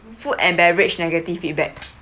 food and beverage negative feedback